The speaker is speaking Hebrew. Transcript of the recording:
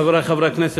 חברי חברי הכנסת,